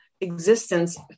existence